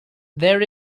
there